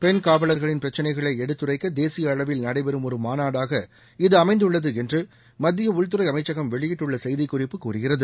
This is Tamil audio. பெண் காவலர்களின் பிரச்சினைகளை எடுத்துரைக்க தேசிய அளவில் நடைபெறும் ஒரு மாநாடாக இது அமைந்துள்ளது என்று மத்திய உள்துறை அமைச்சகம் வெளியிட்டுள்ள செய்திக் குறிப்பு கூறுகிறது